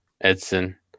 Edson